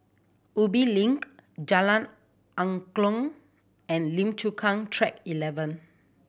Ubi Link Jalan Angklong and Lim Chu Kang Track Eleven